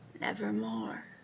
nevermore